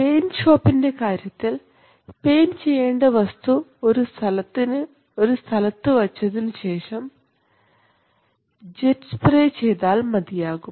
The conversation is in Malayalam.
പെയിൻറ് ഷോപ്പ്ൻറെ കാര്യത്തിൽ പെയിൻറ് ചെയ്യേണ്ട വസ്തു ഒരു സ്ഥലത്ത് അത് വച്ചതിനുശേഷം ജെറ്റ് സ്പ്രേ ചെയ്താൽ മതിയാകും